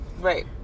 Right